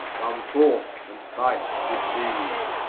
come forth and fight with me,